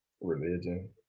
religion